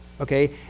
okay